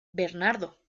bernardo